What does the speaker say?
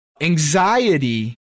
Anxiety